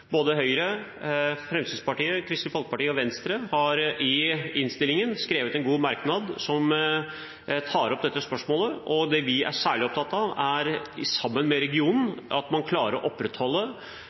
Høyre, Fremskrittspartiet, Kristelig Folkeparti og Venstre har i innstillingen skrevet en god merknad som tar opp dette spørsmålet. Det vi er særlig opptatt av, er at man – sammen med regionen